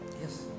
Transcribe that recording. Yes